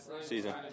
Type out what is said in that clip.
season